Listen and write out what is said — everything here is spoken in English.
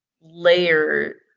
layer